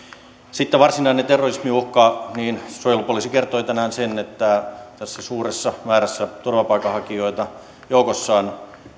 sitten varsinainen terrorismiuhka suojelupoliisi kertoi tänään sen että tässä suuressa määrässä turvapaikanhakijoita joukossa on